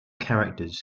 characters